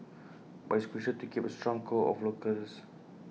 but it's crucial to keep A strong core of locals